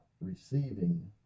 receiving